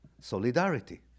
solidarity